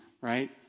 right